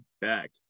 back